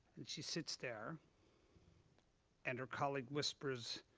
and she sits there and her colleague whispers,